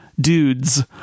dudes